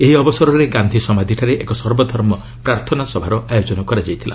ଏହି ଅବସରରେ ଗାନ୍ଧୀ ସମାଧିଠାରେ ଏକ ସର୍ବଧର୍ମ ପ୍ରାର୍ଥନା ସଭାରେ ଆୟୋଜନ କରାଯାଇଥିଲା